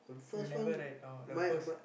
you never write down ah the first